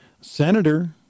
Senator